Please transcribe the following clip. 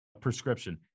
prescription